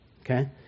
okay